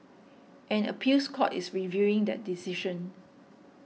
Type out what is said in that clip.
an appeals court is reviewing that decision